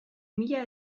mila